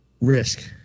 risk